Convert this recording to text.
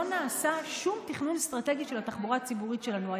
נעשה שום תכנון אסטרטגי של התחבורה הציבורית שלנו.